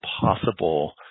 possible